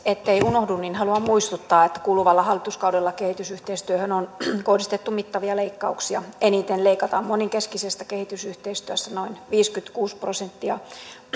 ettei unohdu niin haluan muistuttaa että kuluvalla hallituskaudella kehitysyhteistyöhön on kohdistettu mittavia leikkauksia eniten leikataan monenkeskisestä kehitysyhteistyöstä noin viisikymmentäkuusi prosenttia